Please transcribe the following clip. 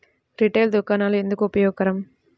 Retail దుకాణాలు ఎందుకు ఉపయోగకరం?